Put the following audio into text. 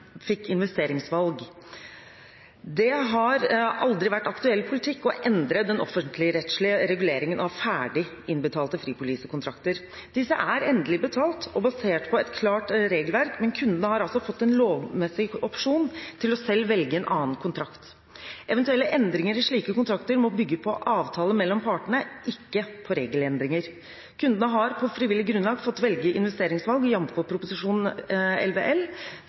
fikk investeringsvalg. Det har aldri vært aktuell politikk å endre den offentligrettslige reguleringen av ferdig innbetalte fripolisekontrakter. Disse er endelig betalt og basert på et klart regelverk, men kundene har altså fått en lovmessig opsjon til selv å velge en annen kontrakt. Eventuelle endringer i slike kontrakter må bygge på avtaler mellom partene, ikke på regelendringer. Kundene har på frivillig grunnlag fått velge investeringsvalg, jf. Prop. 11 L,